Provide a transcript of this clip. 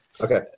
Okay